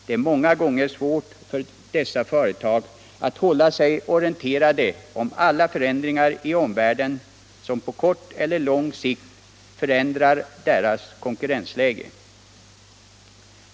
Det är många gånger svårt för dessa företag att hålla sig orienterade om alla förändringar i omvärlden som på kort eller lång sikt förändrar deras konkurrensläge.